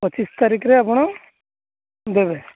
ପଚିଶ ତାରିଖରେ ଆପଣ ଦେବେ